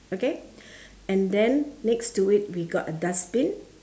okay and then next to it we got a dustbin